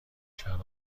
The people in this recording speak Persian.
شراب